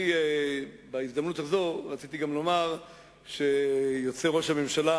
בהזדמנות זו, שראש הממשלה